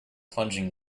plunging